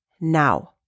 now